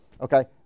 Okay